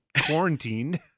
quarantined